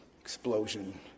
explosion